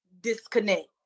disconnect